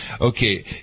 Okay